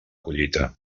collita